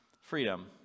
freedom